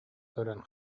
көрөн